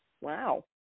Wow